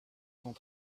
cent